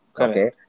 Okay